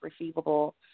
receivable